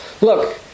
Look